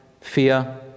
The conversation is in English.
fear